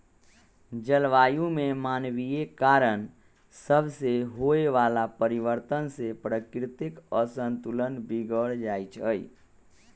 जलवायु में मानवीय कारण सभसे होए वला परिवर्तन से प्राकृतिक असंतुलन बिगर जाइ छइ